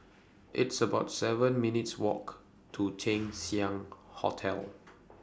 It's about seven minutes' Walk to Chang Xiang Hotel